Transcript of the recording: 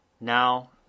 Now